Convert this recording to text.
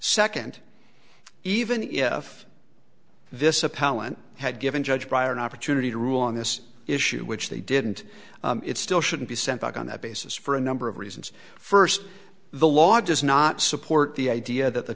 second even if this appellant had given judge bryer an opportunity to rule on this issue which they didn't it still shouldn't be sent back on that basis for a number of reasons first the law does not support the idea that the